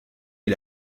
est